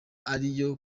ariyo